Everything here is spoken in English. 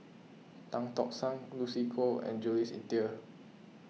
Tan Tock San Lucy Koh and Jules Itier